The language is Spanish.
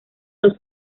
los